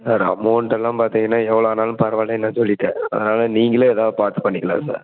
sir அமௌண்ட்டெல்லாம் பார்த்திங்கன்னா எவ்வளோ ஆனாலும் பரவாயில்லனு நான் சொல்லிவிட்டேன் அதனால் நீங்களே எதாவது பார்த்து பண்ணிக்கலாம் சார்